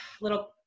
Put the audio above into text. little